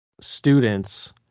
students